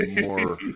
more